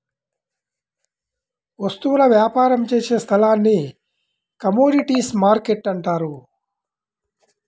వస్తువుల వ్యాపారం చేసే స్థలాన్ని కమోడీటీస్ మార్కెట్టు అంటారు